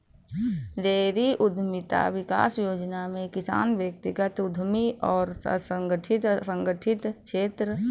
dairy उद्यमिता विकास योजना में किसान व्यक्तिगत उद्यमी और असंगठित संगठित क्षेत्र शामिल है